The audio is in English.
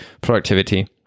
productivity